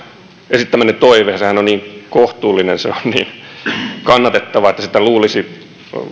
esittämänne toivehan on niin kohtuullinen ja se on niin kannatettava että sitä luulisi